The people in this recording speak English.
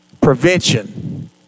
prevention